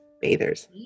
Bathers